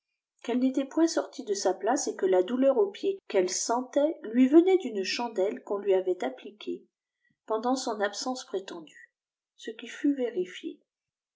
qd'fllle n'était point sortie de sa place et que la douleur aux pieds qu'elle sentait lui venait d'uï cbandbe qu'on lui vait apiqaéel fltndant son absence prétendue gequi fut vériûé